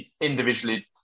individually